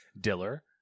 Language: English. Diller